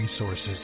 resources